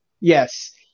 Yes